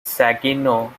saginaw